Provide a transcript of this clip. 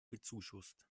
bezuschusst